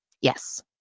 Yes